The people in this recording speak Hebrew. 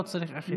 לא צריך אכיפה.